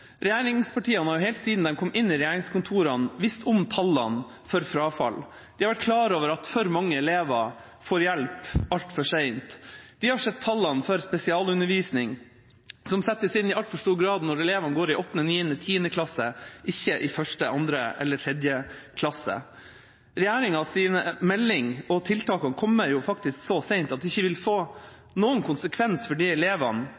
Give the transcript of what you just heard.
Regjeringspartiene har helt siden de kom inn i regjeringskontorene, visst om tallene for frafall. De har vært klar over at for mange elever får hjelp altfor sent. De har sett tallene for spesialundervisning, som i altfor stor grad settes inn når elevene går i åttende, niende, tiende klasse, ikke i første, andre eller tredje klasse. Regjeringas melding og tiltakene kommer faktisk så sent at det ikke vil få noen konsekvens for elevene